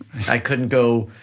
i couldn't go,